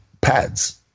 pads